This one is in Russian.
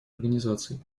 организаций